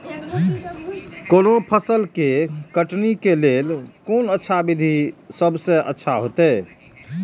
कोनो फसल के कटनी के लेल कोन अच्छा विधि सबसँ अच्छा होयत?